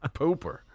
pooper